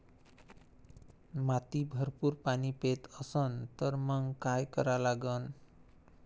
माती भरपूर पाणी पेत असन तर मंग काय करा लागन?